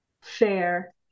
Fair